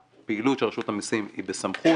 שהפעילות של רשות המסים היא בסמכות.